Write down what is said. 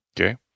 okay